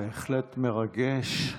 בהחלט מרגש.